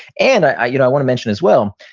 and i you know i want to mention as well,